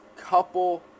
Couple